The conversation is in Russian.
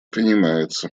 принимается